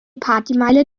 partymeile